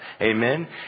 Amen